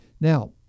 Now